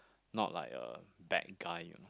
not like a bad guy you